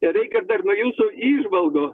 reikia dar nuo jūsų įžvalgų